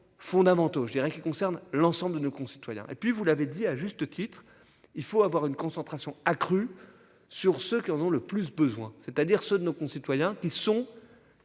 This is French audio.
fondamentaux je dirais qui concerne l'ensemble de nos concitoyens et puis vous l'avez dit à juste titre. Il faut avoir une concentration accrue sur ceux qui en ont le plus besoin, c'est-à-dire ceux de nos concitoyens qui sont.